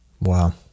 Wow